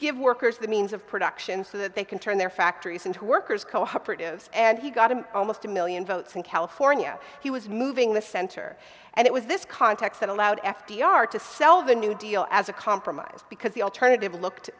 give workers the means of production so that they can turn their factories into workers cooperatives and he got an almost a million votes in california he was moving the center and it was this context that allowed f d r to sell the new deal as a compromise because the alternative looked